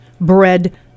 bread